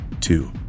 Two